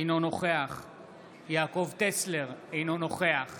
אינו נוכח יעקב טסלר, אינו נוכח